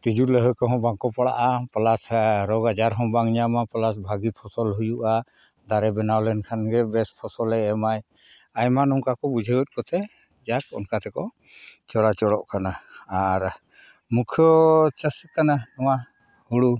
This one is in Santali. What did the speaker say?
ᱛᱤᱸᱡᱩ ᱞᱟᱹᱭᱦᱟᱹᱵᱟᱝᱠᱚ ᱯᱟᱲᱟᱜᱼᱟ ᱯᱞᱟᱥ ᱨᱳᱜᱽ ᱟᱡᱟᱨ ᱦᱚᱸ ᱵᱟᱝ ᱧᱟᱢᱟ ᱯᱞᱟᱥ ᱵᱷᱟᱹᱜᱤ ᱯᱷᱚᱥᱚᱞ ᱦᱩᱭᱩᱜᱼᱟ ᱫᱟᱨᱮ ᱵᱮᱱᱟᱣ ᱞᱮᱱᱠᱷᱟᱱ ᱜᱮ ᱵᱮᱥ ᱯᱷᱚᱥᱚᱞᱮ ᱮᱢᱟᱭ ᱟᱭᱢᱟ ᱱᱚᱝᱠᱟ ᱠᱚ ᱵᱩᱡᱷᱟᱹᱣᱮᱫ ᱠᱚᱛᱮ ᱡᱟᱠ ᱚᱱᱠᱟ ᱛᱮᱠᱚ ᱪᱚᱞᱟ ᱪᱚᱞᱚᱜ ᱠᱟᱱᱟ ᱟᱨ ᱢᱩᱠᱠᱷᱚ ᱪᱟᱥ ᱠᱟᱱᱟ ᱱᱚᱣᱟ ᱦᱩᱲᱩ